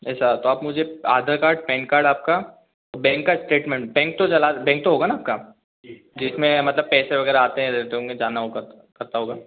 ऐसा तो आप मुझे आधार कार्ड पैन कार्ड आपका और बेंक का इस्टेटमेंट बेंक तो चला बेंक तो होगा ना आपका जिसमें मतलब पैसे वगैरह आते रहते होंगे जाना होगा करता होगा